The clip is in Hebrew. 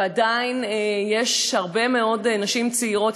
ועדיין יש הרבה מאוד נשים צעירות,